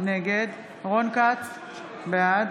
בעד